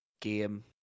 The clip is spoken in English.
game